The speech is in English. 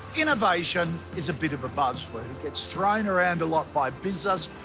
innovation is a bit of a buzzword. it gets thrown around a lot by business,